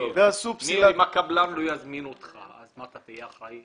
אם הקבלן לא יזמין אותך, אז מה, תהיה אחראי?